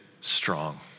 strong